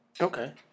Okay